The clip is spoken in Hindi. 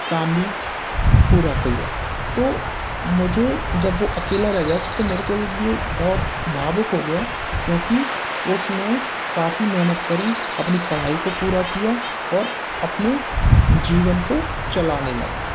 काम भी पूरा किया तो मुझे जब वह अकेला रह गया तो मेरे को एक यह बहुत भावुक हो गया क्योंकि उसने काफ़ी मेहनत करी अपनी पढ़ाई को पूरा किया और अपने जीवन को चलाने लगा